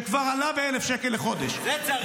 שכבר עלה ב-1,000 שקל לחודש -- זה צריך,